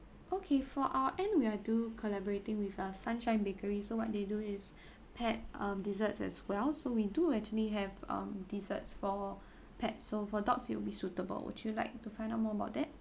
okay for our end we are do collaborating with a sunshine bakery so what they do is pet um desserts as well so we do actually have um desserts for pet so for dogs it'll be suitable would you like to find out more about that